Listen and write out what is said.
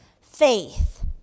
faith